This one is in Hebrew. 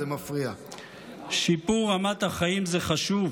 זה חשוב,